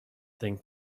think